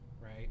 right